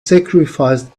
sacrificed